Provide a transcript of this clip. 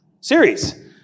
series